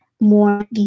more